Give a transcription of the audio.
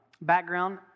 background